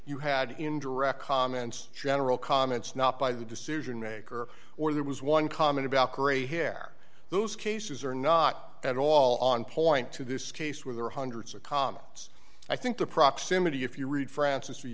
you had indirect comments general comments not by the decision maker or there was one comment about gray hair those cases are not at all on point to this case where there are hundreds of comments i think the proximity if you read franc